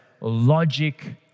logic